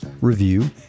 review